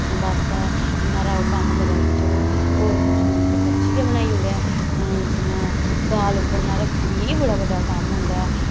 बास्तै इन्ना हारा ओह् कम्म करै कि चलो होर कुछ नेईं ते सब्जी गै बनाई उड़ै ऐं जि'यां दाल उब्लना रक्खी एह् बड़ा बड्डा कम्म होंदा ऐ